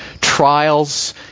Trials